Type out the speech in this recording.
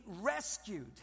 rescued